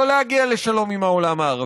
לא להגיע לשלום עם העולם הערבי.